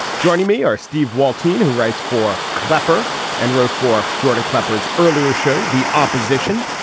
joining me are steve walton who writes for klepper and wrote for jordan clapper's earlier show the opposition.